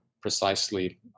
precisely